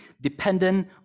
dependent